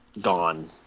gone